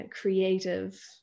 creative